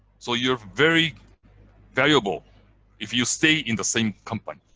so you're very valuable if you stay in the same company,